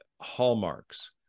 hallmarks